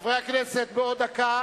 חברי הכנסת, בעוד דקה